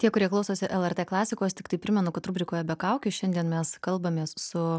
tie kurie klausosi lrt klasikos tiktai primenu kad rubrikoje be kaukių šiandien mes kalbamės su